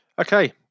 Okay